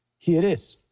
here it is.